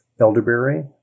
elderberry